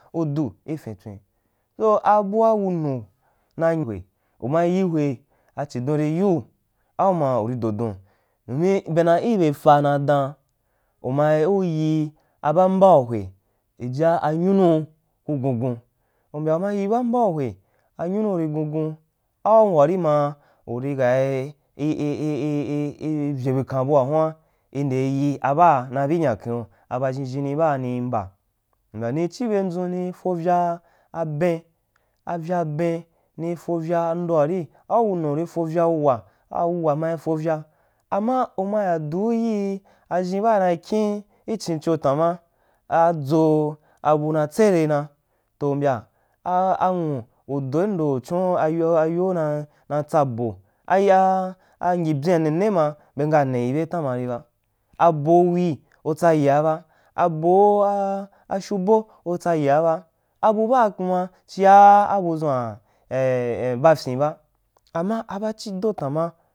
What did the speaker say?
Udu i fintswin so abua wunu naihwe uma yi hwe a chidon ri yiu auma uri dodon, aumi benbe fa na dan u mai u yi ba mbau hwe jijia anyunun kugun-gun umbya uma yi ba mbenu hwe anyumuu ri gun gun au wari ma ukai i yi bikan bua huan inde yi abaa nai bingakin abaʒhinʒhin i baa nimb umby nu chi byendʒun nifavya aben aywa aben ben nii fovya ndoari au wunu uri fovya wuwa a wuwa ri fovya, ama uma ya duu yii a ʒhin ba ra kyǐn chín cho tama a dʒjo abu na tsere na, toh umbya a anwu udo ndo u chun ayou ayou na tsa abe ay a angyibyon nene ma be ngaa neyi be tanma ri ba abowi u tsayia ba abou ara fyubo u tsaya ba abu baa kuma, chia abudʒ yan bafyin ba ama abachi do tama.